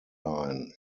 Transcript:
line